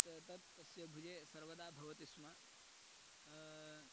तत् तत् तस्य भुजे सर्वदा भवति स्म